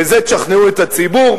בזה תשכנעו את הציבור,